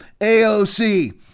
AOC